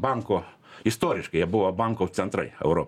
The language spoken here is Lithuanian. bankų istoriškai jie buvo banko centrai euro